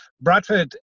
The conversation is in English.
Bradford